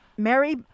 Mary